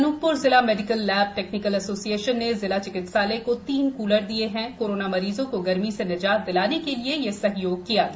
अनूपपुर जिला medical lab technical association ने जिला चिकित्सालय को तीन कूलर दिए कोरोना मरीज़ों को गर्मी से निजात दिलाने के लिए सहयोग किया गया